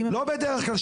לא בדרך כלל,